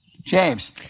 James